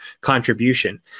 contribution